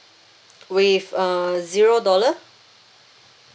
with uh zero dollar